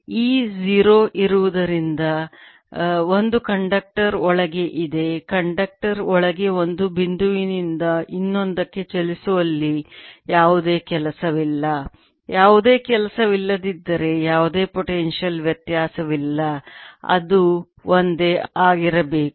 E 0 ಇರುವುದರಿಂದ ಒಂದು conductor ಒಳಗೆ ಇದೆ ಕಂಡಕ್ಟರ್ ಒಳಗೆ ಒಂದು ಬಿಂದುವಿನಿಂದ ಇನ್ನೊಂದಕ್ಕೆ ಚಲಿಸುವಲ್ಲಿ ಯಾವುದೇ ಕೆಲಸವಿಲ್ಲ ಯಾವುದೇ ಕೆಲಸವಿಲ್ಲದಿದ್ದರೆ ಯಾವುದೇ ಪೊಟೆನ್ಶಿಯಲ್ ವ್ಯತ್ಯಾಸವಿಲ್ಲ ಅದು ಒಂದೇ ಆಗಿರಬೇಕು